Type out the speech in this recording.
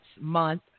month